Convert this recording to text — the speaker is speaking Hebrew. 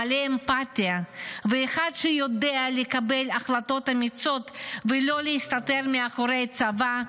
מלא אמפתיה ואחד שיודע לקבל החלטות אמיצות ולא להסתתר מאחורי הצבא,